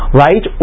right